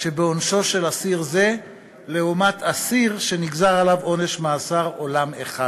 שבעונשו של אסיר זה לעומת אסיר שנגזר עליו עונש מאסר עולם אחד.